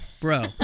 Bro